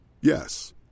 Yes